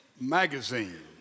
Magazine